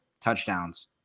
touchdowns